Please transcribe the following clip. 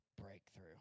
breakthrough